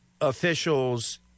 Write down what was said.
officials